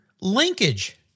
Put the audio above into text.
Linkage